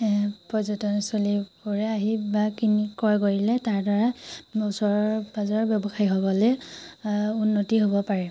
এ পৰ্যটনস্থলী পৰা আহি বা কিনি ক্ৰয় কৰিলে তাৰ দ্বাৰা ওচৰৰ পাঁজৰৰ ব্যৱসায়ীসকলে উন্নতি হ'ব পাৰে